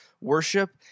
worship